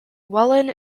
whelan